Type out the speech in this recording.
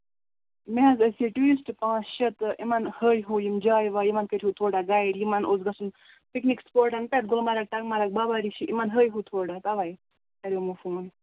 مےٚ حظ ٲسۍ یہِ ٹوٗرِسٹ پانٛژھ شیٚے تہٕ یِمَن ہٲوہو یِم جایہِ وایہِ یِمَن کٔرۍہو تھوڑا گایِڈ یِمَن اوس گژھُن پِکنِک سُپوٹَن پٮ۪ٹھ گُلمَرٕگ ٹَنگ مَرٕگ بابا رِیشی یِمَن ہٲوۍہو تھوڑا تَوے کریومو فون